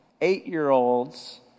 eight-year-olds